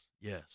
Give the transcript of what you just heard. Yes